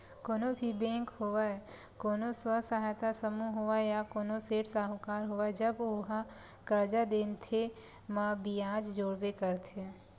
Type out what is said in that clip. कोनो भी बेंक होवय कोनो स्व सहायता समूह होवय या कोनो सेठ साहूकार होवय जब ओहा करजा देथे म बियाज जोड़बे करथे